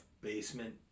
basement